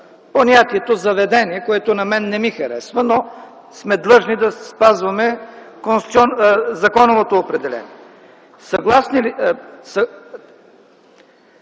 понятието „заведение”, което на мен не ми харесва, но сме длъжни да спазваме законовото определение. Закриването